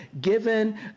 given